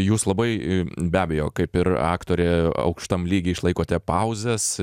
jūs labai be abejo kaip ir aktorė aukštam lygy išlaikote pauzes